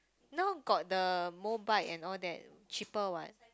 now got the Mobike and all that cheaper what